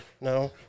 No